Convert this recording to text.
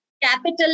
Capital